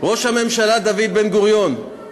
ראש הממשלה דוד בן-גוריון.